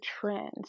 trends